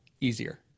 easier